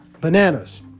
bananas